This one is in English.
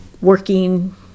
working